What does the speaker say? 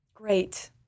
Great